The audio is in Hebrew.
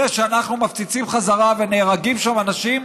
זה שאנחנו מפציצים בחזרה ונהרגים שם אנשים,